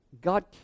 God